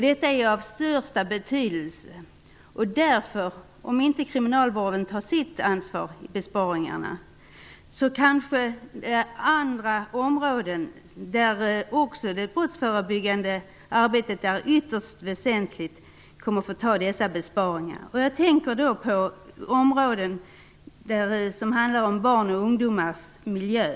Detta är av största betydelse. Om man inte inom kriminalvården tar sitt ansvar för besparingarna kanske andra områden där det brottsförebyggande arbetet är ytterst väsentligt kommer att drabbas. Jag tänker på barns och ungdomars miljö.